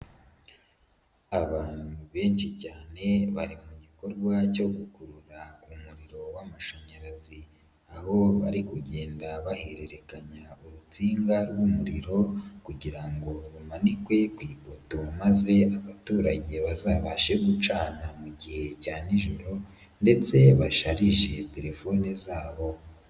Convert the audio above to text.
Abantu benshi cyane bari mu gikorwa cyo gukurura umuriro w'amashanyarazi. Aho bari kugenda bahererekanya urutsinga rw'umuriro kugira ngo rumanikwe ku ipoto maze abaturage bazabashe gucana mu gihe cya nijoro ndetse basharije telefone zabo.